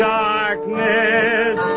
darkness